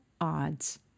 odds